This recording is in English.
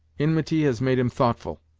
inmity has made him thoughtful,